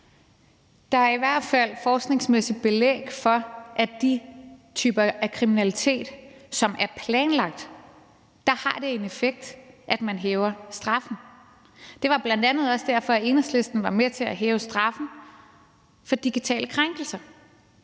Der er i hvert fald forskningsmæssigt belæg for, at det i forhold til de typer af kriminalitet, som er planlagt, har en effekt, at man hæver straffen. Det var bl.a. også derfor, at Enhedslisten var med til at hæve straffen for digitale krænkelser,